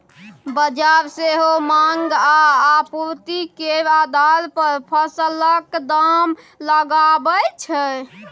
बजार सेहो माँग आ आपुर्ति केर आधार पर फसलक दाम लगाबै छै